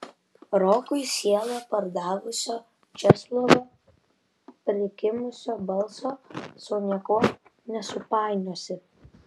rokui sielą pardavusio česlovo prikimusio balso su niekuo nesupainiosi